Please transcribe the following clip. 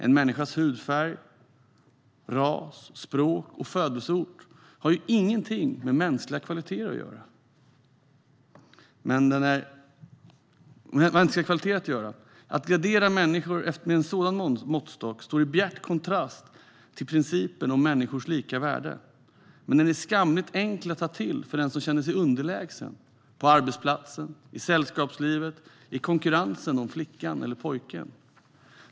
En människas hudfärg, ras, språk och födelseort har ju ingenting med mänskliga kvaliteter att göra. Att gradera människor med sådan måttstock står i bjärt kontrast till principen om människors lika värde. Men den är skamligt enkel att ta till för den som känner sig underlägsen - på arbetsplatsen, i sällskapslivet, i konkurrensen om flickan eller pojken.